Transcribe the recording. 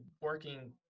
working